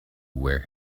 where